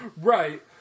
Right